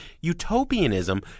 utopianism